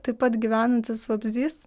taip pat gyvenantis vabzdys